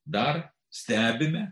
dar stebime